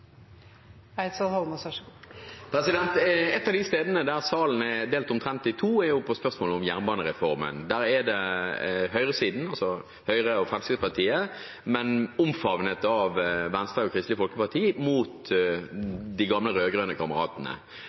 er delt omtrent i to, er om jernbanereformen. Der er det høyresiden, altså Høyre og Fremskrittspartiet omfavnet av Venstre og Kristelig Folkeparti, mot de gamle rød-grønne kameratene.